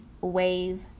wave